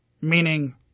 meaning